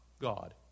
God